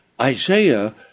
Isaiah